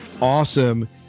awesome